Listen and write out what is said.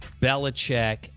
Belichick